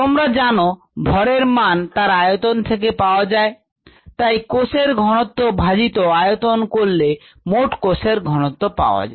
তোমরা জানো ভরের মান তার আয়তন থেকে পাওয়া যায় তাই কোষের ঘনত্ব ভাজিত আয়তন করলে মোট কোষের ঘনত্ব পাওয়া যায়